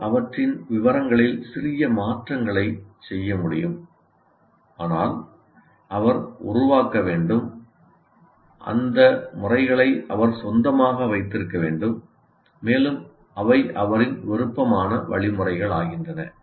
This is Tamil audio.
அவர் அவற்றின் விவரங்களில் சிறிய மாற்றங்களைச் செய்ய முடியும் ஆனால் அவர் உருவாக்க வேண்டும் அந்த முறைகளை அவர் சொந்தமாக வைத்திருக்க வேண்டும் மேலும் அவை அவரின் விருப்பமான வழிமுறைகளாகின்றன